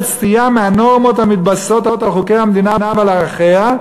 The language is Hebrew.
סטייה מהנורמות המתבססות על חוקי המדינה ועל ערכיה,